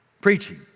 preaching